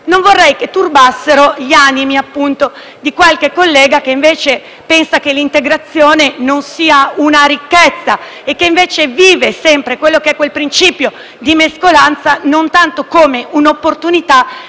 integrazione, turbasse gli animi di qualche collega che invece pensa che l'integrazione non sia una ricchezza e che invece vive sempre il principio di mescolanza non tanto come un'opportunità,